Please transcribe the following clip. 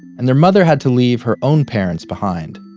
and their mother had to leave her own parents behind.